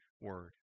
word